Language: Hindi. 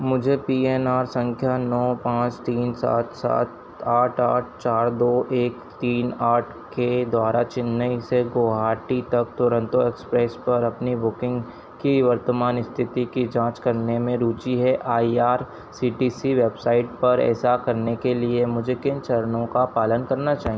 मुझे पी एन आर सँख्या नौ पाँच तीन सात सात आठ आठ चार दो एक तीन आठ के द्वारा चेन्नई से गुवाहाटी तक दुरन्तो एक्सप्रेस पर अपनी बुकिन्ग की वर्तमान इस्थिति की जाँच करने में रुचि है I R C T C website पर ऐसा करने के लिए मुझे किन चरणों का पालन करना चाहिए